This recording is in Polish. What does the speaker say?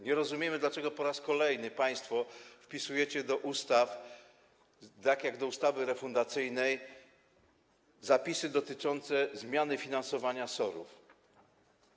Nie rozumiemy, dlaczego po raz kolejny państwo wpisujecie do ustaw, tak jak do ustawy refundacyjnej, zapisy dotyczące zmiany finansowania SOR-ów.